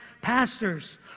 pastors